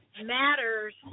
matters